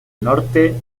norte